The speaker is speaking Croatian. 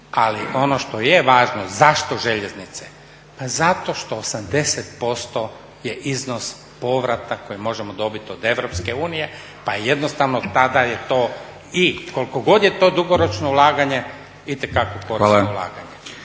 Ali ono što je važno, zašto željeznice? Pa zato što 80% je iznos povrata koji možemo dobiti od EU pa jednostavno tada je to i koliko god je to dugoročno ulaganje itekako posao ulaganja.